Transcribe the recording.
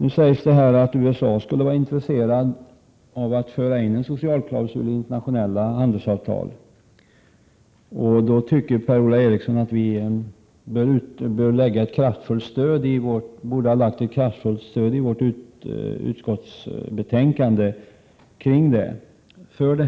Det sägs nu att USA skulle vara intresserat av att föra in en socialklausul i internationella handelsavtal, och då tycker Per-Ola Eriksson att vi i utskottsbetänkandet borde ha uttryckt ett kraftfullt stöd för